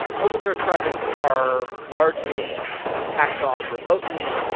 open source projects are largely hacked on remotely,